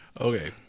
Okay